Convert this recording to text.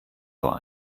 vor